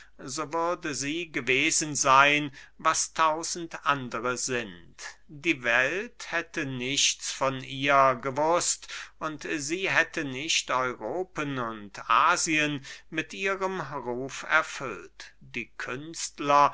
würde sie gewesen seyn was tausend andere sind die welt hätte nichts von ihr gewußt und sie hätte nicht europen und asien mit ihrem ruf erfüllt die künstler